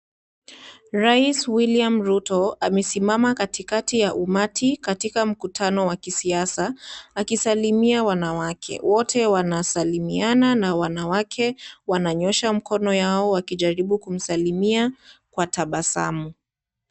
Rais William Ruto amesimama katikati ya umati katika mkutano wa kisiasa akisalimia wanawake, wote wanasalimiana na wanawake wananyoosha mkono yao wakijaribu kumsalimia kwa tabasamu.